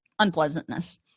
unpleasantness